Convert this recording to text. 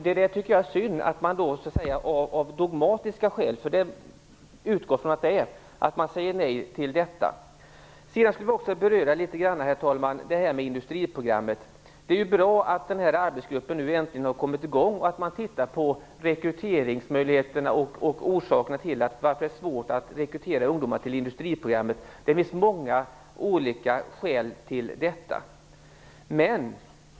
Det är synd att man av dogmatiska skäl - jag utgår från att det är så - säger nej till detta. Herr talman! Sedan några ord om industriprogrammet. Det är bra att arbetsgruppen äntligen har kommit i gång och att man tittar på rekryteringsmöjligheterna och på orsakerna till att det är svårt att rekrytera ungdomar till industriprogrammet. Det finns många olika skäl till det.